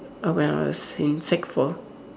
uh when I was in sec four